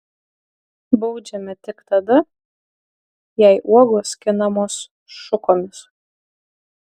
baudžiame tik tada jei uogos skinamos šukomis